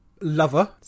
Lover